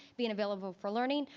being available for learning.